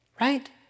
right